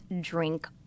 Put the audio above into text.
drink